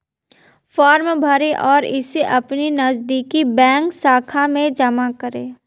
form भरें और इसे अपनी नजदीकी बैंक शाखा में जमा करें